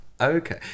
Okay